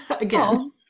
again